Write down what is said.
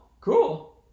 cool